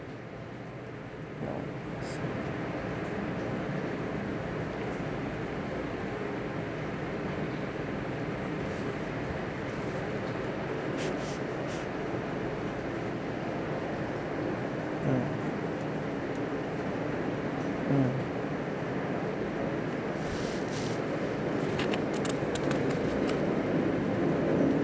no mm